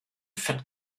fett